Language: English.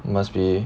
it must be